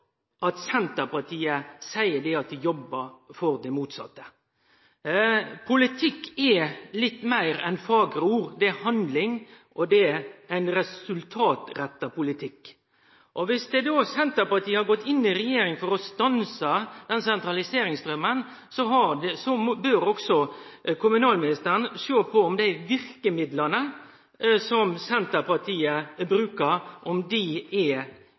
det motsette. Politikk er meir enn fagre ord. Det er handling, og det handlar om å lage ein resultatretta politikk. Viss Senterpartiet har gått inn i regjeringa for å stanse sentraliseringsstraumen, bør kommunalministeren sjå på om dei verkemidla som Senterpartiet brukar, er gode og om dei